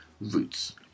Roots